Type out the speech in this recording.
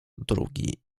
drugi